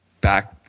back